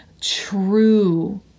true